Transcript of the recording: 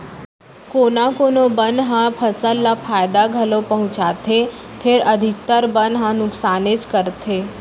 कोना कोनो बन ह फसल ल फायदा घलौ पहुँचाथे फेर अधिकतर बन ह नुकसानेच करथे